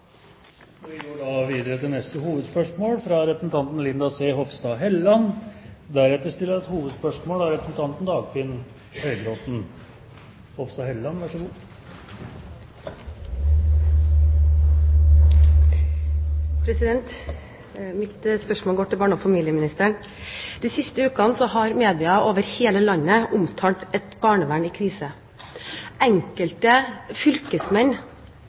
Vi går videre til neste hovedspørsmål. Mitt spørsmål går til barne- og familieministeren. De siste ukene har media over hele landet omtalt et barnevern i krise. Enkelte fylkesmenn går nå til det skrittet å nærmest frata enkelte kommuner barnevernsansvaret. Dette viser alvoret i situasjonen. Saken i Vestfold er også et